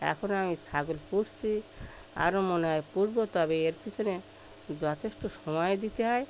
এখনও আমি ছাগল পুষছি আরও মনে হয় পুষব তবে এর পিছনে যথেষ্ট সময় দিতে হয়